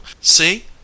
see